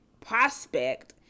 prospect